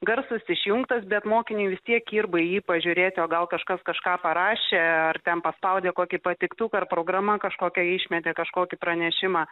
garsas išjungtas bet mokiniui vis tiek kirba jį pažiūrėt o gal kažkas kažką parašė ar ten paspaudė kokį patiktuką ar programa kažkokia išmetė kažkokį pranešimą